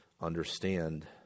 understand